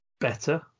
better